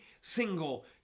single